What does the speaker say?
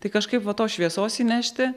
tai kažkaip va tos šviesos įnešti